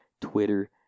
Twitter